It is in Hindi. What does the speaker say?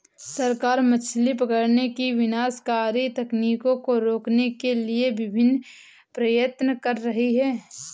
सरकार मछली पकड़ने की विनाशकारी तकनीकों को रोकने के लिए विभिन्न प्रयत्न कर रही है